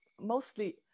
mostly